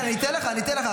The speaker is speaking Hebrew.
כן, אני אתן לך, אני אתן לך.